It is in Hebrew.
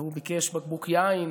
והוא ביקש בקבוק יין